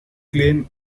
glen